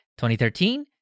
2013